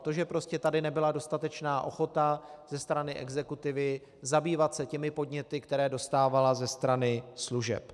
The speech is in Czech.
To, že tady nebyla dostatečná ochota ze strany exekutivy zabývat se těmi podněty, které dostávala ze strany služeb.